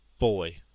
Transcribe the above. Boy